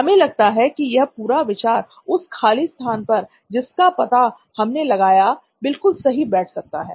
हमें लगता है यह पूरा विचार उस खाली स्थान पर जिसका पता हमने लगाया बिल्कुल सही बैठ सकता है